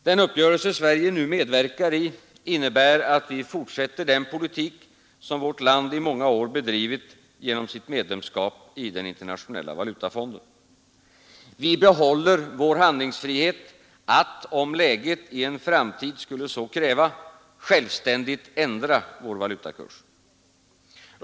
Den uppgörelse Sverige nu medverkar i innebär att vi fortsätter den politik som vårt land i många år bedrivit genom sitt medlemskap i den internationella valutafonden. Vi behåller vår handlingsfrihet att, om läget i en framtid skulle så kräva, självständigt ändra vår valutakurs.